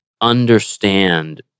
understand